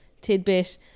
tidbit